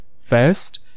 first